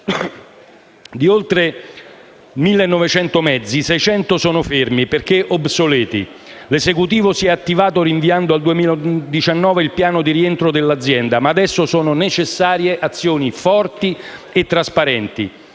Di oltre 1.900 mezzi, 600 sono fermi perché obsoleti. L'esecutivo si è attivato rinviando al 2019 il piano di rientro dell'azienda, ma adesso sono necessarie azioni forti e trasparenti.